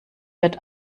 wird